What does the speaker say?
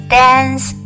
dance